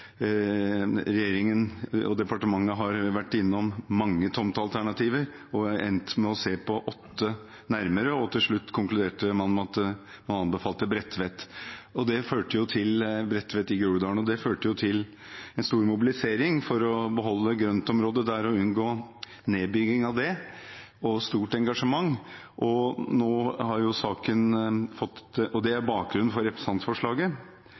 Regjeringen og departementet har vært innom mange tomtealternativer og har endt med å se nærmere på åtte. Til slutt konkluderte man med å anbefale Bredtvet i Groruddalen. Det førte jo til en stor mobilisering for å beholde grøntområdene der og unngå nedbygging av det, det var stort engasjement, og det er bakgrunnen for representantforslaget. Men nå har saken tatt en ny vending ved at det i går ble meddelt via media at det ikke er